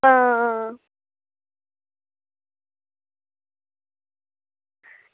हां